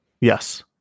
Yes